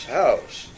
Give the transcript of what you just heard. house